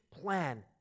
plan